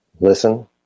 listen